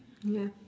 ya